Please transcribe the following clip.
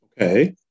Okay